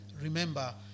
remember